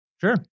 Sure